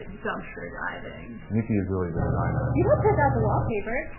dumpster diving. nikki is really the designer. you helped pick out the wallpaper.